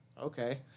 Okay